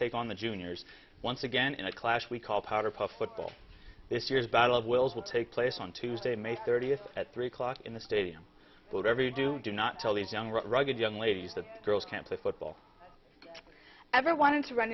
take on the juniors once again in a class we call powderpuff football this year's battle of wills will take place on tuesday may thirtieth at three o'clock in the stadium whatever you do do not tell these young rugged young ladies that girls can't play football ever want to run